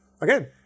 again